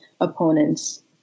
opponents